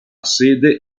sede